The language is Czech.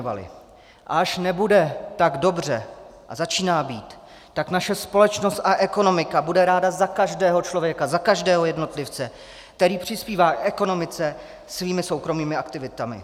A až nebude tak dobře, a začíná být, tak naše společnost a ekonomika bude ráda za každého člověka, za každého jednotlivce, který přispívá ekonomice svými soukromými aktivitami.